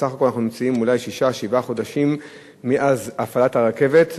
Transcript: בסך הכול אנחנו נמצאים אולי שישה-שבעה חודשים מאז הפעלת הרכבת,